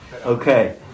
Okay